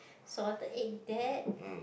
salted egg that